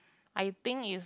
I think is